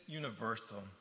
universal